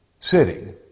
sitting